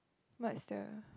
what's the